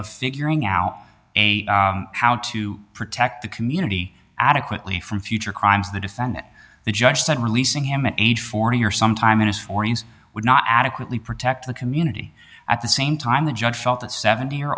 of figuring out a how to protect the community adequately from future crimes the defendant the judge said releasing him at age forty or some time in his forty's would not adequately protect the community at the same time the judge felt that seventy or